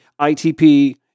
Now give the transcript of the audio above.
ITP